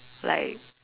like